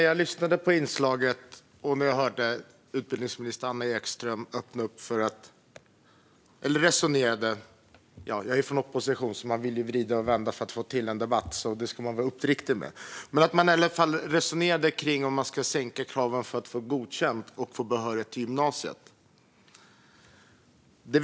Jag lyssnade på inslaget och hörde utbildningsminister Anna Ekström öppna upp för eller resonera om - jag är ju från oppositionen och vill vrida och vända för att få till en debatt; det ska jag vara uppriktig med - att sänka kraven för att få godkänt och för att få behörighet till gymnasiet.